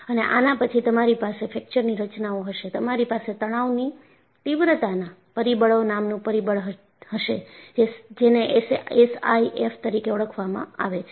અને આના પછી તમારી પાસે ફ્રેક્ચર ની રચનાઓ હશે તમારી પાસે તણાવની તીવ્રતાના પરિબળો નામનું પરિમાણ હશે જેને SIF તરીકે ઓળખવામાં આવે છે